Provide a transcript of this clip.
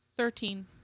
Thirteen